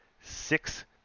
six